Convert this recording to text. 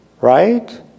Right